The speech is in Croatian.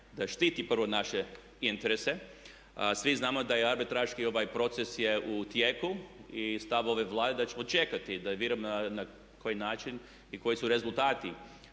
da štiti prvo naše interese. Svi znamo da arbitražni proces je u tijeku. I stav ove Vlade je da ćemo čekati, …/Govornik se ne razumije./… na koji način i koji su rezultati